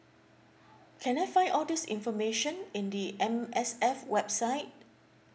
can I find all this information in the M_S_F website